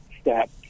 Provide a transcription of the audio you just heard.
step